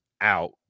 out